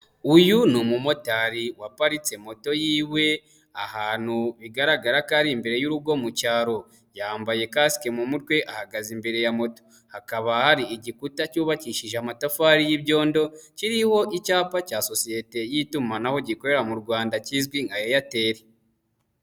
Uyu ni umumotari waparitse moto yiwe ahantu bigaragara ko ari imbere y'urugo mu cyaro, yambaye kasike mu mutwe ahagaze imbere ya moto, hakaba hari igikuta cyubakishije amatafari y'ibyondo, kiriho icyapa cya sosiyete y'itumanaho gikorera mu Rwanda kizwi nka Airtel.